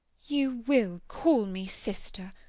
you will call me sister,